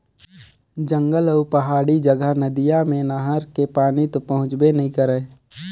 जंगल अउ पहाड़ी जघा नदिया मे नहर के पानी तो पहुंचबे नइ करय